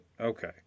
Okay